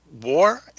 war